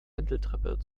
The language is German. wendeltreppe